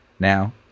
now